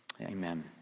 Amen